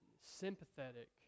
sympathetic